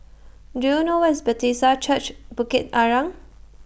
Do YOU know Where IS Bethesda Church Bukit Arang